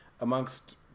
amongst